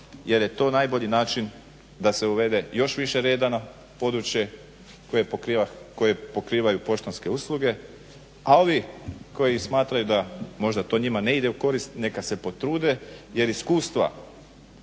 jer je to najbolji način da se uvede još više reda na područje koje pokrivaju poštanske usluge, a ovi koji smatraju da možda to njima ne ide u korist neka se potrude jer iskustva